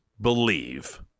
believe